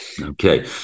Okay